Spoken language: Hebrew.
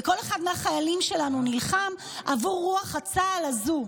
וכל אחד מהחיילים שלנו נלחם בעבור רוח צה"ל הזו.